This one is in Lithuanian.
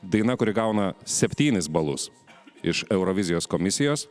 daina kuri gauna septynis balus iš eurovizijos komisijos